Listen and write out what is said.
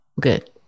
Good